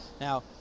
Now